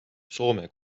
soome